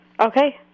Okay